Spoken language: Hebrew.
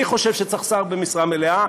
אני חושב שצריך שר במשרה מלאה.